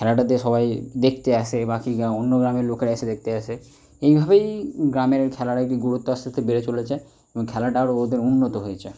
খেলাটাতে সবাই দেখতে আসে বাকি গাঁ অন্য গ্রামের লোকেরা এসে দেখতে আসে এই ভাবেই গ্রামের খেলার আর কি গুরুত্ব আস্তে আস্তে বেড়ে চলেছে খেলাটা আরও ওদের উন্নত হয়েছে